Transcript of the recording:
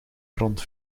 grond